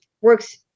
works